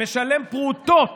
משלם פרוטות